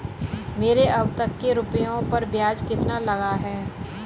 मेरे अब तक के रुपयों पर ब्याज कितना लगा है?